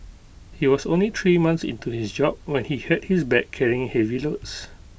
he was only three months into his job when he hurt his back carrying heavy loads